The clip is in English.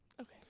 Okay